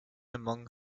among